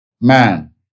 Man